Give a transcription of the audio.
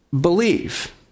believe